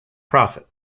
profit